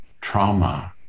trauma